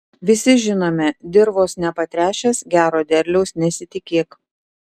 visi žinome dirvos nepatręšęs gero derliaus nesitikėk